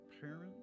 parents